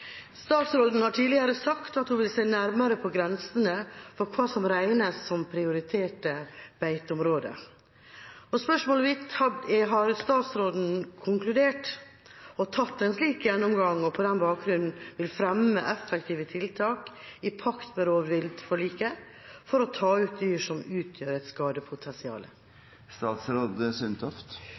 Statsråden har tidligere sagt at hun vil se nærmere på grensene for hva som regnes som prioriterte beiteområder. Spørsmålet mitt er: Har statsråden foretatt en slik gjennomgang og konkludert, og vil hun på den bakgrunn fremme effektive tiltak i pakt med rovviltforliket, for å ta ut dyr som utgjør et